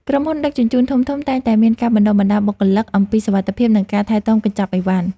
ក្រុមហ៊ុនដឹកជញ្ជូនធំៗតែងតែមានការបណ្តុះបណ្តាលបុគ្គលិកអំពីសុវត្ថិភាព និងការថែទាំកញ្ចប់អីវ៉ាន់។